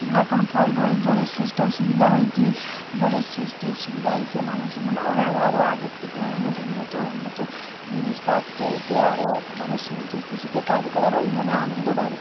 এখন ফল টল জলের সিস্টাল সুবিধা হয়েছে জলের সিস্টের সুবিধা হয়েছে মানুষ মানে আরও আরও আরও আগের থেকে অনেক উন্নত উন্নত জিনিস পাচ্ছে এতে আরও মানুষ সহজে কৃষিতে কাজ করারও মনে আনন্দ বাড়ে